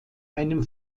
einem